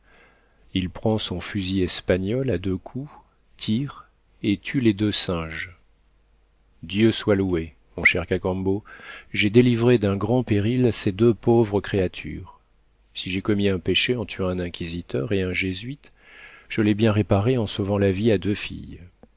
il prend son fusil espagnol à deux coups tire et tue les deux singes dieu soit loué mon cher cacambo j'ai délivré d'un grand péril ces deux pauvres créatures si j'ai commis un péché en tuant un inquisiteur et un jésuite je l'ai bien réparé en sauvant la vie à deux filles